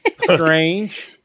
strange